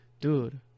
dude